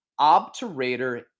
obturator